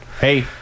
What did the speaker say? hey